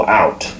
out